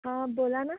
हं बोला ना